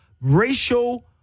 racial